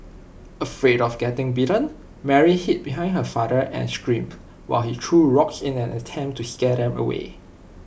afraid of getting bitten Mary hid behind her father and screamed while he threw rocks in an attempt to scare them away